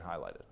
highlighted